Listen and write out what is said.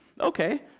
Okay